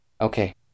okay